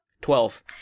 Twelve